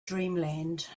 dreamland